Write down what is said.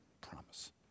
promise